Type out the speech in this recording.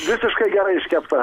visiškai gerai iškepta